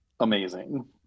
Amazing